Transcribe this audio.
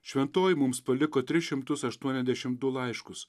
šventoji mums paliko tris šimtus aštuoniasdešim du laiškus